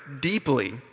deeply